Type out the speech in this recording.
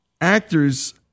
actors